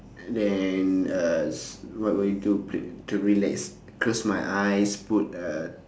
then uh what we do cl~ to relax close my eyes put uh